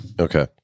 Okay